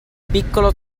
piccolo